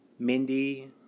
Mindy